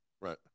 Right